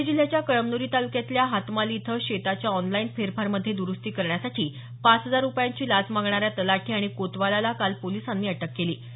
हिंगोली जिल्ह्याच्या कळमन्री तालुक्यातल्या हातमाली इथं शेताच्या ऑनलाईन फेरफारमध्ये दरुस्ती करण्यासाठी पाच हजार रुपयांची लाच मागणाऱ्या तलाठी आणि कोतवालाला काल पोलिसांनी अटक केली